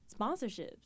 Sponsorships